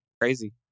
Crazy